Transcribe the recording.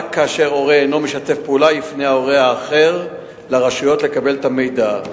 רק כאשר הורה אינו משתף פעולה יפנה ההורה האחר לרשויות לקבל את המידע.